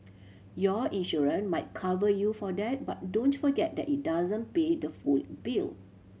your insurance might cover you for that but don't forget that it doesn't pay the full bill